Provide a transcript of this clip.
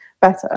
better